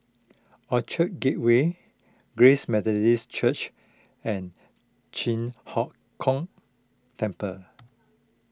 Orchard Gateway Grace Methodist Church and Chi Hock Keng Temple